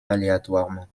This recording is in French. aléatoirement